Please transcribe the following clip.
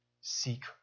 Seek